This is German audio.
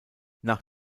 nach